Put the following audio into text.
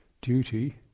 duty